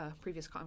previous